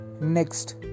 Next